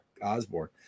Osborne